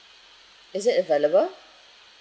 is it available